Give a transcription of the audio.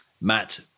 Matt